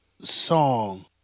song